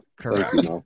Correct